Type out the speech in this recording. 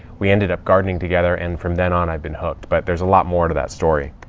we ended up gardening together and from then on, i've been hooked. but there's a lot more to that story.